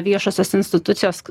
viešosios institucijos